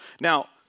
Now